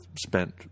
spent